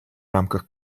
рамках